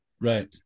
right